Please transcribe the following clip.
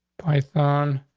python.